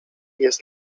jest